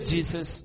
Jesus